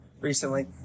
recently